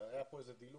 היה פה דילוג.